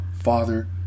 father